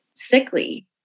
sickly